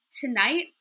Tonight